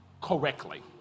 correctly